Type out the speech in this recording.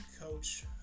Coach